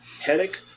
Headache